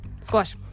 Squash